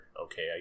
okay